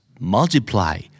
Multiply